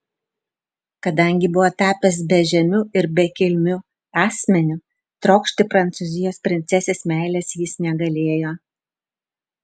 kadangi buvo tapęs bežemiu ir bekilmiu asmeniu trokšti prancūzijos princesės meilės jis negalėjo